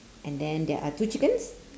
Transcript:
and then there are two chickens